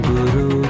Guru